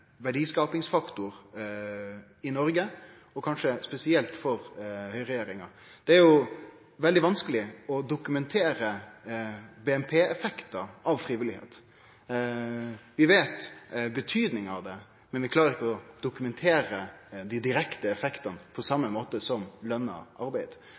verdiskapingsfaktor i Noreg, kanskje spesielt for høgreregjeringa. Det er veldig vanskeleg å dokumentere BNP-effekten av frivilligheit. Vi veit betydinga av det, men vi klarer ikkje å dokumentere dei direkte effektane på same måte som lønt arbeid.